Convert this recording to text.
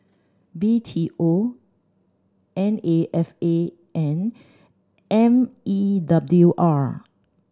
B T O N A F A and M E W R